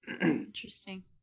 Interesting